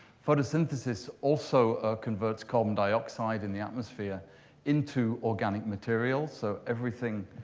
photosynthesis also converts carbon dioxide in the atmosphere into organic materials. so everything,